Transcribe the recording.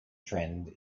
trend